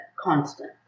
constant